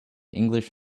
english